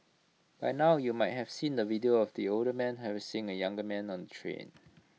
by now you might have seen the video of the older man harassing A younger man on the train